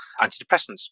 antidepressants